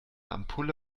ampulle